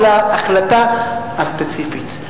של ההחלטה הספציפית.